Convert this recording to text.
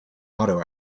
auto